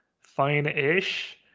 fine-ish